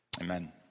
Amen